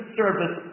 service